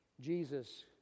Jesus